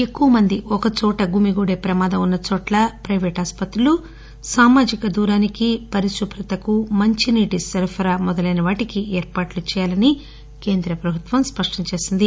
ఎక్కువమంది ఒక చోట గుమిగూడి ప్రమాదం ఉన్నచోట్ల ప్రైవేటు ఆస్పత్రులు సామాజిక దూరానికి పరిశుభ్రతకు మంచినీటి సరఫరా మొదలైనవాటికి ఏర్పాట్లు చేయాలని కేంద్ర ప్రభుత్వం చెప్పింది